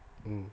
mm